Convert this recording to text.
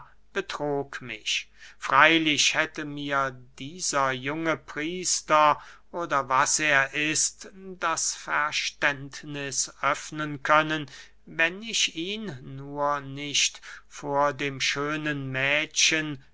betrog mich freylich hätte mir dieser junge priester oder was er ist das verständniß öffnen können wenn ich ihn nur nicht vor dem schönen mädchen